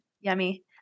Yummy